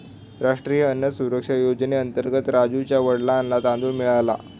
राष्ट्रीय अन्न सुरक्षा योजनेअंतर्गत राजुच्या वडिलांना तांदूळ मिळाला